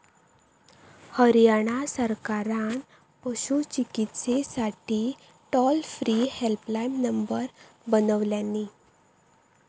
हरयाणा सरकारान पशू चिकित्सेसाठी टोल फ्री हेल्पलाईन नंबर बनवल्यानी